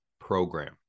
program